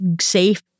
safe